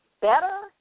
better